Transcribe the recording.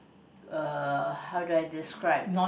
uh how do I describe